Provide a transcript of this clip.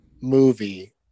movie